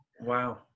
wow